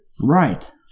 Right